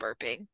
burping